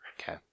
Okay